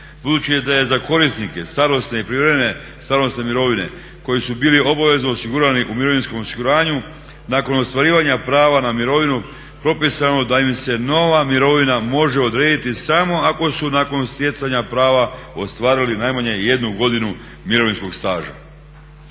Budući da je za korisnike starosne i prijevremene starosne mirovine koji su bili obavezno osigurani u mirovinskom osiguranju nakon ostvarivanja prava na mirovinu propisano da im se nova mirovina može odrediti samo ako su nakon stjecanja prava ostvarili najmanje jednu godinu mirovinskog staža.